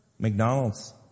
McDonald's